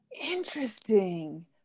Interesting